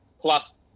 plus